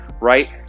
right